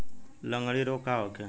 लगंड़ी रोग का होखे?